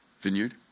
Vineyard